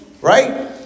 Right